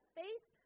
faith